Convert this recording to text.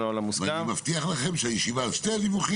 סביבתי, מבחינת איזה תחנה צריך להפעיל.